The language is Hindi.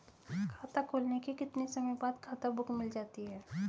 खाता खुलने के कितने समय बाद खाता बुक मिल जाती है?